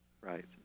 Right